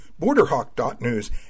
Borderhawk.news